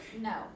No